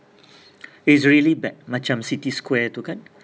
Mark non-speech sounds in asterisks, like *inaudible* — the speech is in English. *breath* is really bad macam city square tu kan